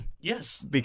Yes